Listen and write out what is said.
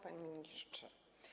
Panie Ministrze!